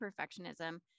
perfectionism